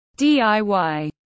DIY